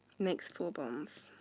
makes four bonds.